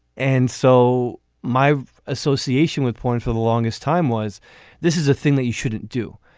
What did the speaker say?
and so my association with porn for the longest time was this is a thing that you shouldn't do.